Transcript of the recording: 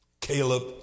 Caleb